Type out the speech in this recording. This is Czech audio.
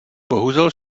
bohužel